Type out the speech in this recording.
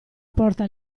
porta